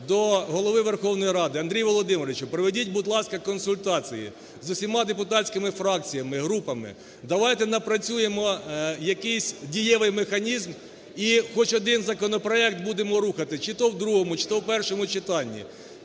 до Голови Верховної Ради. Андрію Володимировичу, проведіть, будь ласка, консультації з усіма депутатськими фракціями, групами, давайте напрацюємо якійсь дієвий механізм і хоч один законопроект будемо рухати чи то в другому, чи то в першому читання.